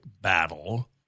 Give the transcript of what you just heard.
Battle